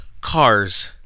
cars